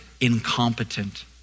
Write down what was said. incompetent